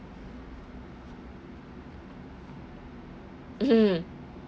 mm